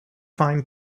find